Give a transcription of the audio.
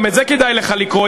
גם את זה כדאי לך לקרוא,